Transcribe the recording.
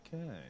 Okay